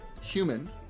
human